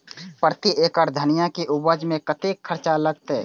प्रति एकड़ धनिया के उपज में कतेक खर्चा लगते?